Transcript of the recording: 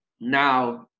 Now